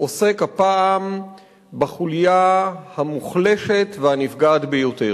עוסק הפעם בחוליה המוחלשת והנפגעת ביותר,